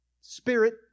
Spirit